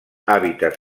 hàbitats